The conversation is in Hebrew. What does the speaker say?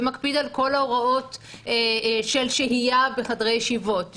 ומקפיד על כל ההוראות של שהייה בחדרי ישיבות,